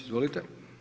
Izvolite.